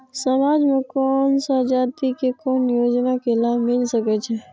समाज में कोन सा जाति के कोन योजना के लाभ मिल सके छै?